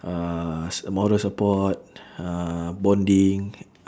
uh s~ moral support uh bonding